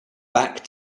back